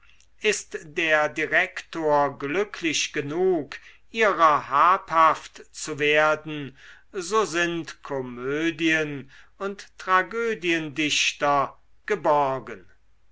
ist der direktor glücklich genug ihrer habhaft zu werden so sind komödien und tragödiendichter geborgen